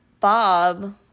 Bob